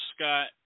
Scott